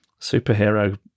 superhero